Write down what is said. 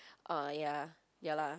uh ya ya lah